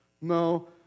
No